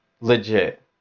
legit